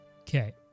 Okay